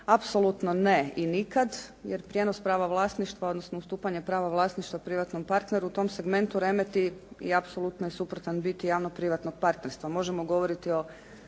apsolutno ne i nikada, jer prijenos prava vlasništva, odnosno ustupanja prava vlasništva privatnom partneru u tom segmentu remeti i apsolutno je suprotan biti javnog-privatnog partnerstva. Možemo govoriti o